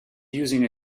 using